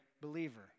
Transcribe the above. believer